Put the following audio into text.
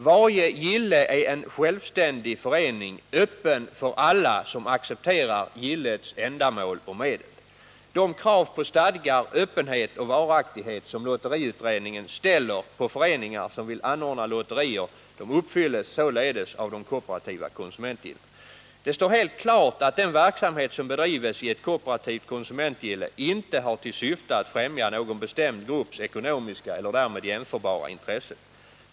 Varje gille är en självständig förening, öppen för alla som accepterar gillets ändamål och medel. De krav på stadgar, öppenhet och varaktighet som lotteriutredningen ställer på föreningar som vill anordna lotterier uppfylls således av de kooperativa konsumentgillena. Det står helt klart att den verksamhet som bedrivs i ett kooperativt konsumentgille inte har till syfte att främja någon bestämd grupps ekonomiska eller därmed jämförbara intressen.